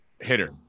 hitter